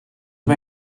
mae